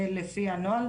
לפי הנוהל.